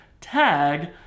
tag